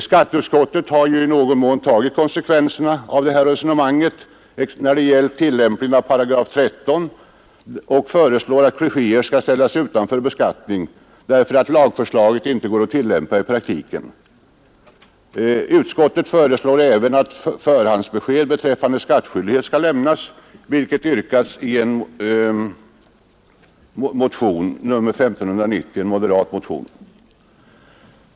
Skatteutskottet har i någon mån tagit konsekvenserna av det här resonemanget när det gällt tillämpningen av 13 8 och föreslår att klichéer skall ställas utanför beskattningen, därför att lagförslaget inte går att tillämpa i praktiken. Utskottet föreslår även att förhandsbesked beträffande skattskyldighet skall lämnas, vilket yrkas i en moderat motion, nr 1590.